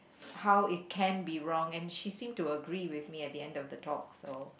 how it can be wrong and she seem to agree with me at the end of the talk so